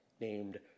named